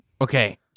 Okay